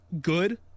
good